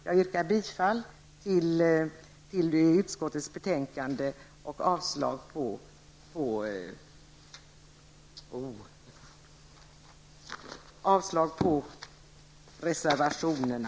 Jag yrkar bifall till utskottets hemställan och avslag på reservationerna.